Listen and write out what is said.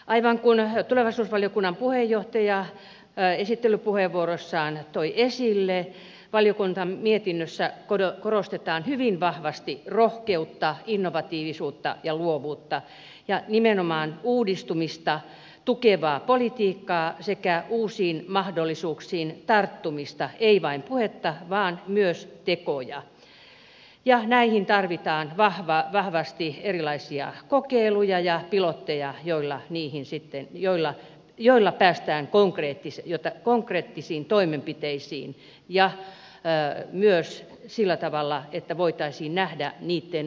aivan kuin tulevaisuusvaliokunnan puheenjohtaja esittelypuheenvuorossaan toi esille valiokuntamietinnössä korostetaan hyvin vahvasti rohkeutta innovatiivisuutta ja luovuutta ja nimenomaan uudistumista tukevaa politiikkaa sekä uusiin mahdollisuuksiin tarttumista ei vain puhetta vaan myös tekoja ja näihin tarvitaan vahvasti erilaisia kokeiluja ja pilotteja joilla päästään konkreettisiin toimenpiteisiin myös sillä tavalla että voitaisiin nähdä niitten vaikuttavuus